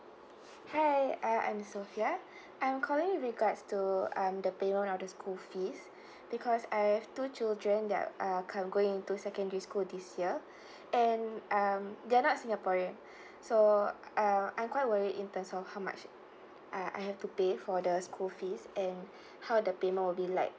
hi I am sofea I'm calling with regards to um the payment of the school fees because I have two children that are currently going into secondary school this year and um they are not singaporean so I I'm quite worried in terms of how much I I have to pay for the school fees and how the payment will be like